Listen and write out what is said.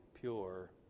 pure